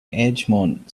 edgemont